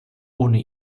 ohne